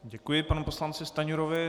Děkuji panu poslanci Stanjurovi.